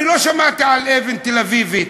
אני לא שמעתי על אבן תל-אביבית.